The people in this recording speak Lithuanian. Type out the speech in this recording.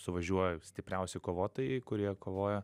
suvažiuoja stipriausi kovotojai kurie kovoja